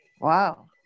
Wow